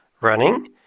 running